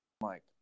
Mike